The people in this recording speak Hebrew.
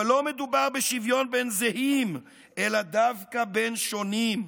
אבל לא מדובר בשוויון בין זהים אלא דווקא בין שונים.